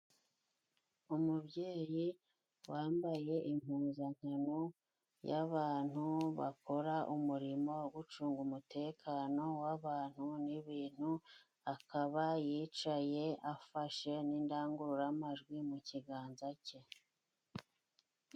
Umubyeyi wambaye impuzankano, y'abantu bakora umurimo wo gucunga umutekano w'abantu n'ibintu, akaba yicaye afashe n'indangururamajwi mu kiganza cye.